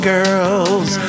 Girls